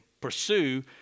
Pursue